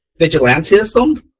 vigilantism